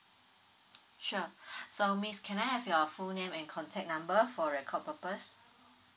sure so miss can I have your full name and contact number for record purpose